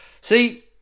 See